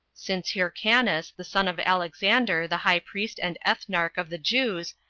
since hyrcanus, the son of alexander, the high priest and ethnarch of the jews,